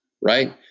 right